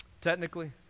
Technically